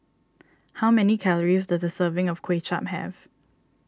how many calories does a serving of Kuay Chap have